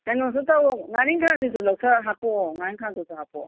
ꯀꯩꯅꯣꯁꯨ ꯇꯧꯔꯎ ꯉꯥꯔꯤꯟꯈꯥꯗꯨꯁꯨ ꯂꯧꯊꯔ ꯍꯥꯞꯄꯛꯑꯣ ꯉꯥꯔꯤꯟꯈꯥꯗꯨꯁꯨ ꯍꯥꯞꯄꯛꯑꯣ